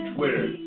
Twitter